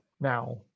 Now